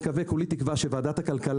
וכולי תקווה שמי שיעמוד בראש ועדת הכלכלה